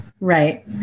right